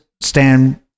stand